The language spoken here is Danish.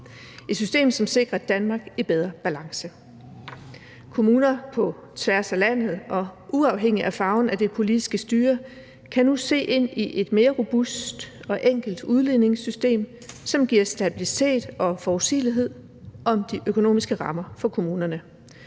et system, som sikrer et Danmark i bedre balance. Kommuner på tværs af landet og uafhængig af farven af det politiske styre, kan nu se ind i et mere robust og enkelt udligningssystem, som giver stabilitet og forudsigelighed om de økonomiske rammer for kommunerne.